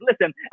listen